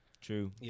True